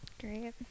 Great